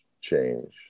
change